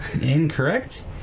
Incorrect